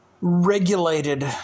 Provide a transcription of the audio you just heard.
regulated